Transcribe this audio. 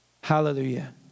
Hallelujah